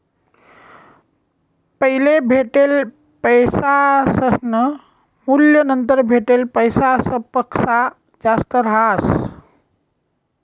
पैले भेटेल पैसासनं मूल्य नंतर भेटेल पैसासपक्सा जास्त रहास